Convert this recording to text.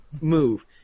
move